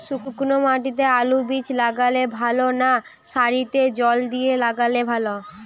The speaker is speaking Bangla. শুক্নো মাটিতে আলুবীজ লাগালে ভালো না সারিতে জল দিয়ে লাগালে ভালো?